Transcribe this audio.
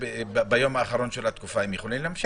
ביום האחרון של התקופה הם יכולים להמשיך?